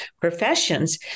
professions